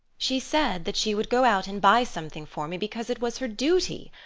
she said that she would go out and buy something for me, because it was her duty.